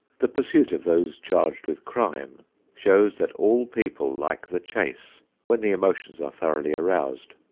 the pursuit of those charged with crime shows that all people like the chase when the emotions are thoroughly aroused.